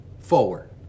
forward